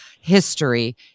history